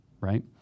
right